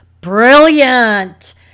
Brilliant